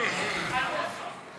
לסעיף 2 לא נתקבלה.